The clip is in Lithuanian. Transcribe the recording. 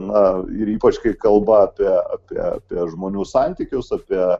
na ir ypač kai kalba apie apie žmonių santykius apie